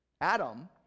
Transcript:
Adam